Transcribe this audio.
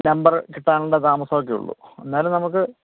number കിട്ടാനുള്ള താമസമൊക്കെയുള്ളൂ എന്നാലും നമുക്ക്